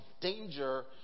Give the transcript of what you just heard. danger